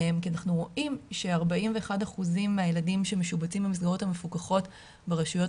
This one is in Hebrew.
כי אנחנו רואים ש-41% מהילדים שמשובצים במסגרות המפוקחות ברשויות